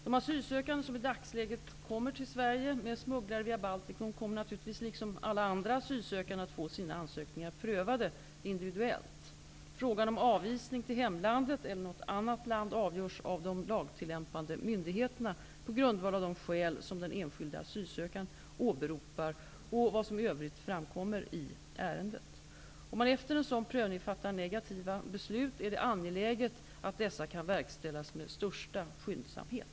De asylsökande som i dagsläget kommer till Sverige med smugglare via Baltikum, kommer naturligtvis liksom alla andra asylsökande att få sina ansökningar prövade individuellt. Frågan om avvisning till hemlandet eller något annat land avgörs av de lagtillämpande myndigheterna på grundval av de skäl den enskilde asylsökande åberopar och vad som i övrigt framkommit i ärendet. Om man efter en sådan prövning fattar negativa beslut är det angeläget att dessa kan verkställas med största skyndsamhet.